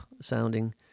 sounding